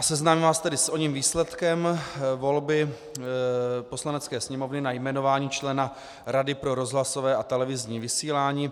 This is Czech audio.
Seznámím vás tedy s oním výsledkem volby Poslanecké sněmovny na jmenování člena Rady pro rozhlasové a televizní vysílání.